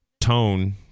tone